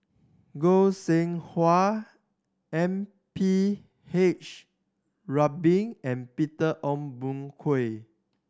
Goi Seng Hui M P H Rubin and Peter Ong Boon Kwee